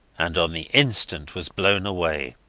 and on the instant was blown away.